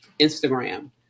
Instagram